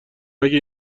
اگه